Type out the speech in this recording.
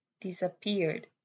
disappeared